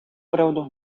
приводу